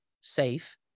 safe